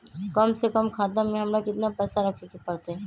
कम से कम खाता में हमरा कितना पैसा रखे के परतई?